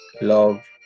love